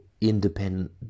independent